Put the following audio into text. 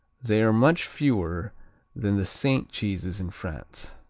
they are much fewer than the saint cheeses in france.